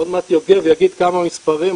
עוד מעט אני אגיד כמה מספרים,